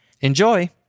Enjoy